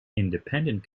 independent